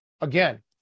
again